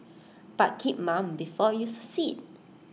but keep mum before you succeed